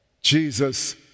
jesus